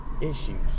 issues